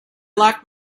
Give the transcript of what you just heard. lock